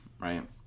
right